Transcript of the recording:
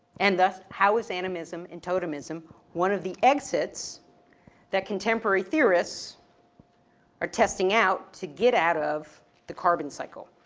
and thus, how is animism and totemism one of the exits that contemporary theorists are testing out to get out of the carbon cycle,